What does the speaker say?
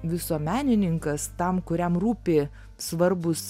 visuomenininkas tam kuriam rūpi svarbūs